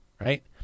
right